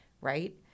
right